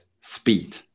speed